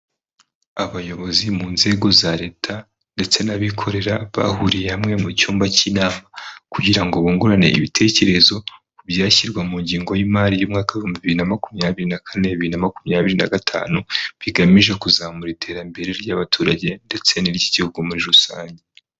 Abayobozi mu nzego za leta ndetse n'abikorera bahuriye hamwe mu cyumba cy'inama kugira ngo bungurane ibitekerezo ku byashyirwa mu ngengo y'imari y'umwaka w'ibihumbi bibiri na makumyabiri na kane bibiri na makumyabiri na gatanu bigamije kuzamura iterambere ry'abaturage ndetse n'iry'igihugu muri rusange.